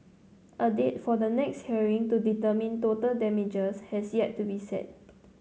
a date for the next hearing to determine total damages has yet to be set